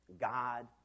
God